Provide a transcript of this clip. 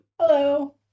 Hello